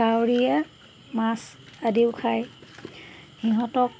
কাউৰীয়ে মাছ আদিও খায় সিহঁতক